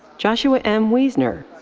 joshua m. weesner.